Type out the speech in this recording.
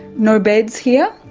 no beds here?